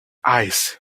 eyes